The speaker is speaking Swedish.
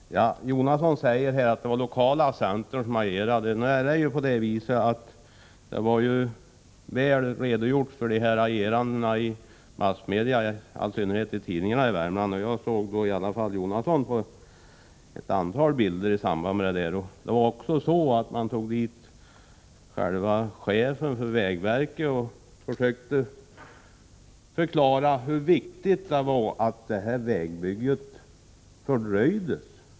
Herr talman! Bertil Jonasson säger att det var den lokala centern som agerade. Men detta agerande redovisades i massmedia, i all synnerhet i tidningarna i Värmland, och jag såg Bertil Jonasson på ett antal bilder. Man tog också dit chefen för vägverket och försökte för honom förklara hur viktigt det var att detta vägbygge fördröjdes.